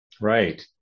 Right